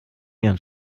ihren